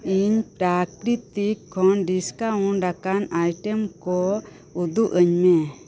ᱤᱧ ᱯᱨᱟᱠᱤᱛᱤᱠ ᱠᱷᱚᱱ ᱰᱤᱥᱠᱟᱩᱱᱴ ᱟᱠᱟᱱ ᱟᱭᱴᱮᱢ ᱠᱩ ᱩᱫᱩᱜ ᱟᱹᱧᱢᱮ